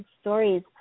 stories